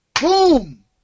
Boom